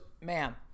Ma'am